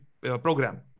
program